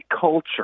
culture